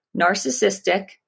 narcissistic